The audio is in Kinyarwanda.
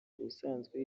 usanzwe